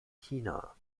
china